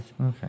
Okay